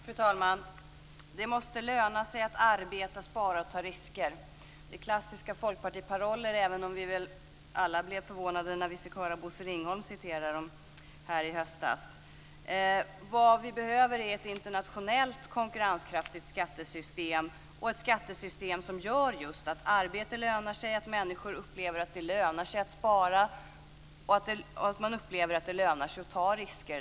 Fru talman! Det måste löna sig att arbeta, spara och ta risker. Det är klassiska folkpartiparoller även om vi väl alla blev förvånade när vi fick höra Bosse Ringholm citera dem här i höstas. Vad vi behöver är ett internationellt konkurrenskraftigt skattesystem. Vi behöver ett skattesystem som gör att arbete lönar sig, som gör att människor upplever att det lönar sig att spara och att ta risker.